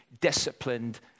disciplined